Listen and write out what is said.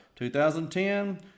2010